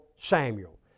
Samuel